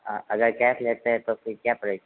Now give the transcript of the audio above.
हाँ अगर कैस लेते है तो फिर क्या प्राइस